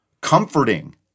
comforting